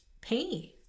pain